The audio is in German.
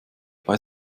bei